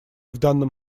данном